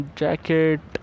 jacket